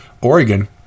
Oregon